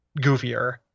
goofier